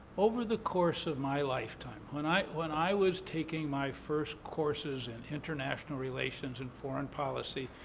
over the course of my lifetime, when i when i was taking my first courses in international relations in foreign policy,